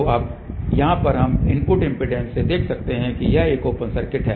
तो अब यहाँ पर हम इनपुट इम्पीडेन्स से देख सकते हैं यह एक ओपन सर्किट है